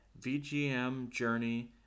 vgmjourney